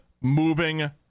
moving